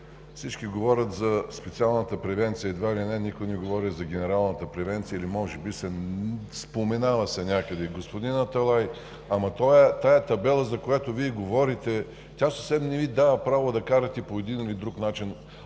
тази табела, за която говорите, съвсем не Ви дава право да карате по един или друг начин.